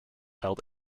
held